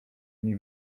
dni